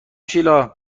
شیلا